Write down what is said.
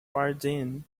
pardon